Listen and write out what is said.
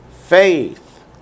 faith